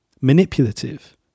manipulative